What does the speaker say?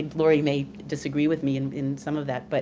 laurie may disagree with me in in some of that, but